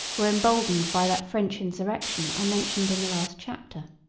were emboldened by that french insurrection i mentioned in the last chapter.